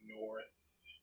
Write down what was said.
north